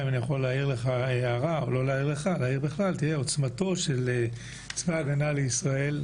תהיה עצמתו של צבא ההגנה לישראל,